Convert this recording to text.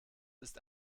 ist